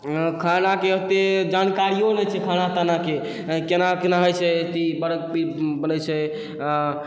खानाके ओते जानकारिओ नहि छै खाना तानाके कोना कोना होइ छै अथी की कोना बनै छै